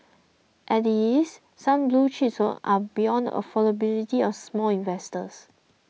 at is some blue chips are beyond affordability of small investors